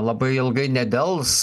labai ilgai nedels